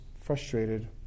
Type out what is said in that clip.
frustrated